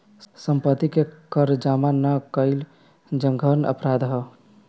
सम्पत्ति के कर जामा ना कईल जघन्य अपराध ह